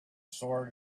sword